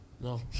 No